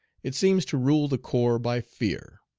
it seems to rule the corps by fear.